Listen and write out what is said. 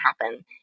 happen